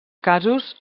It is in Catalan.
casos